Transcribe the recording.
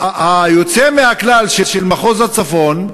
היוצא מן הכלל של מחוז הצפון,